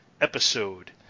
episode